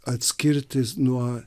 atskirti nuo